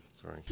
sorry